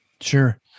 Sure